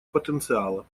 потенциала